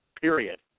period